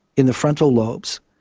in the frontal lobes,